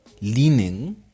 leaning